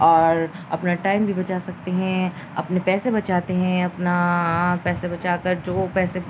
اور اپنا ٹائم بھی بچا سکتے ہیں اپنے پیسے بچاتے ہیں اپنا پیسے بچا کر جو پیسے